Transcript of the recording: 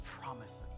promises